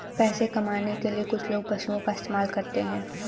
पैसा कमाने के लिए कुछ लोग पशुओं का इस्तेमाल करते हैं